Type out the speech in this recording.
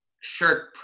shirt